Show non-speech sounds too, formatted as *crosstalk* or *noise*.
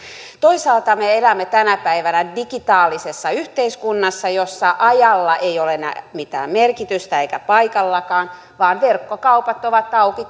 toisaalta me elämme tänä päivänä digitaalisessa yhteiskunnassa jossa ajalla ei ole enää mitään merkitystä eikä paikallakaan vaan verkkokaupat ovat auki *unintelligible*